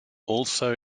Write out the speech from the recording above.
also